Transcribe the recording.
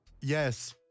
Yes